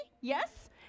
Yes